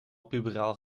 puberaal